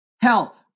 hell